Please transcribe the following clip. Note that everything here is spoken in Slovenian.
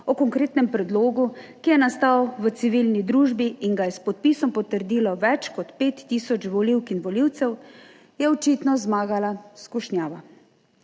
o konkretnem predlogu, ki je nastal v civilni družbi in ga je s podpisom potrdilo več kot 5000 volivk in volivcev, je očitno zmagala skušnjava.